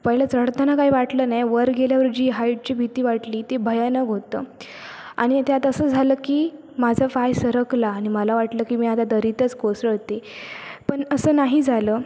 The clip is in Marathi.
पहिलं चढताना काही वाटलं नाही वर गेल्यावर जी हाईटची भीती वाटली ती भयानक होतं आणि त्यात असं झालं की माझं पाय सरकला आणि मला वाटलं की मी आता दरीतच कोसळते पण असं नाही झालं